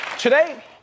Today